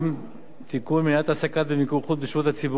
מניעת העסקה במיקור חוץ בשירות הציבור) אני מצטער,